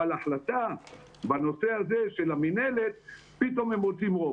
ובהחלטה של הנושא של המינהלת פתאום הם רוצים רוב.